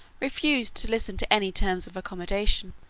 refused to listen to any terms of accommodation.